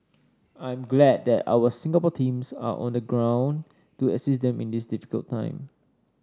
I'm glad that our Singapore teams are on the ground to assist them in this difficult time